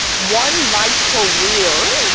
one, my career.